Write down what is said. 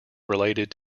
related